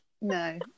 No